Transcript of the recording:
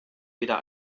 wieder